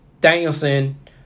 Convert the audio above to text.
Danielson